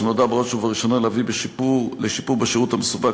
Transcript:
שנועדה בראש ובראשונה להביא לשיפור בשירות המסופק